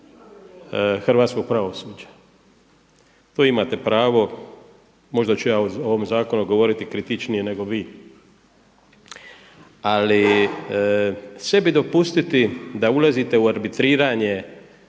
hrvatskog pravosuđa, to imate pravo, možda ću ja o ovom zakonu govoriti kritičnije nego vi ali sebi dopustiti da ulazite u arbitriranje